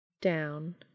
Down